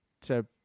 to-